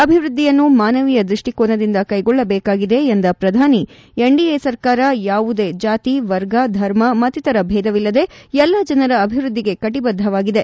ಅಭಿವೃದ್ದಿಯನ್ನು ಮಾನವೀಯ ದೃಷ್ಟಿಕೋನದಿಂದ ಕೈಗೊಳ್ಳಬೇಕಾಗಿದೆ ಎಂದ ಪ್ರಧಾನಿ ಎನ್ಡಿಎ ಸರ್ಕಾರ ಯಾವುದೇ ಜಾತಿ ವರ್ಗ ಧರ್ಮ ಮತ್ತಿತರ ಬೇಧವಿಲ್ಲದೆ ಎಲ್ಲ ಜನರ ಅಭಿವೃದ್ದಿಗೆ ಕಟಿಬದ್ದವಾಗಿದೆ